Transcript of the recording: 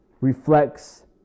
reflects